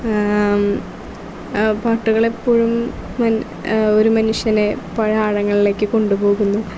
പാട്ടുകളെപ്പോഴും ഒരു മനുഷ്യനെ പഴയ ആഴങ്ങളിലേക്ക് കൊണ്ടുപോകുന്നു